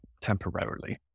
temporarily